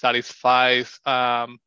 satisfies